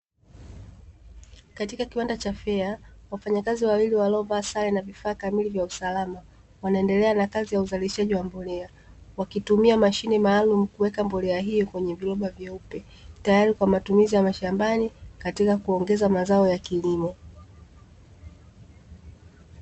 Katika kiwanda cha "FEA", wafanyakazi wawili waliovaa sare na vifaa kamili vya usalama, wanaendelea na kazi ya uzalishaji wa mbolea. Wakitumia mashine maalumu kuweka mbolea hiyo kwenye viroba vyeupe, tayari kwa matumizi ya mashambani katika kuongeza mazao ya kilimo.